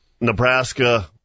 Nebraska